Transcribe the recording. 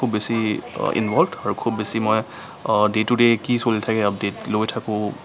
খুব বেছি ইনভলভ্ড আৰু খুউব বেছি মই ডে টু ডে কি চলি থাকে আপডেট লৈ থাকোঁ